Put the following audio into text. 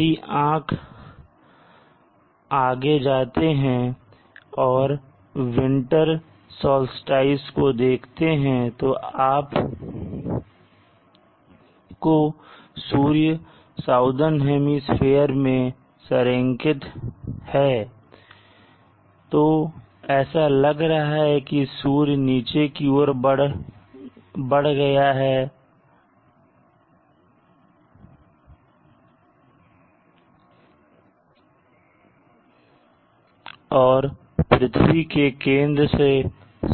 यदि आंख आगे जाते हैं और विंटर साल्स्टिस को देखते हैं तो आपको सूर्य साउदर्न हेमिस्फीयर मैं संरेखित है तो ऐसा लग रहा है कि सूर्य नीचे की ओर बढ़ गया है और पृथ्वी के केंद्र से